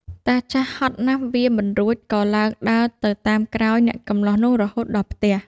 តាចាស់ហត់ណាស់វារមិនរួច ក៏ឡើងដើរទៅតាមក្រោយអ្នកកម្លោះនោះរហូតទៅដល់ផ្ទះ។